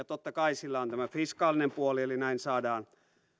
totta kai sillä on tämä fiskaalinen puoli eli näin saadaan